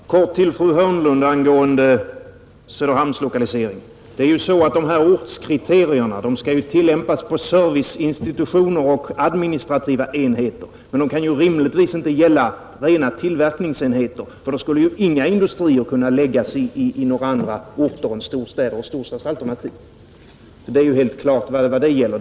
Fru talman! Jag vill kort säga några ord till fru Hörnlund angående Söderhamnslokaliseringen. Det är ju så att de här ortskriterierna skall tillämpas på serviceinstitutioner och administrativa enheter, men de kan rimligtvis inte gälla rena tillverkningsenheter — då skulle ju inga industrier kunna läggas i några andra orter än storstäder och storstadsalternativ. Det är helt klart vad det gäller.